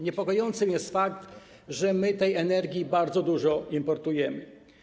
Niepokojący jest fakt, że my tej energii bardzo dużo importujemy.